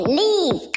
leave